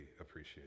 appreciate